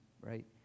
right